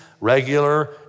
Regular